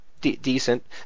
decent